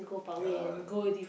ya lah then